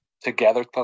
together